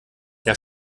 der